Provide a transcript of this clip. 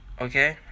okay